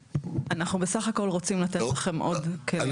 אנחנו בסך הכל רוצים לתת לכם עוד כלים,